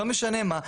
לא משנה מה,